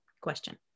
question